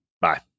Bye